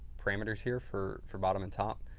parameters here for for bottom and top.